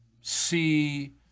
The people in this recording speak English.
see